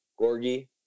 Gorgie